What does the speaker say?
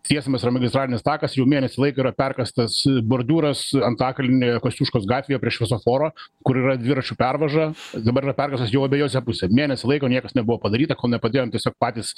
tiesiamas yra magistralinis takas jau mėnesį laiko yra perkastas bordiūras antakalny kosciuškos gatvėje prie šviesoforo kur yra dviračių pervaža dabar yra perkasas jau abejose pusė mėnesį laiko niekas nebuvo padaryta kol nepadėjom tiesiog patys